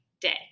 day